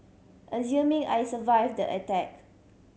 assuming I survived the attack